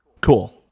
Cool